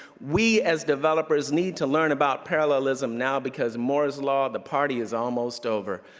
we as developers need to learn about parallelism now, because moore's law, the party is almost over,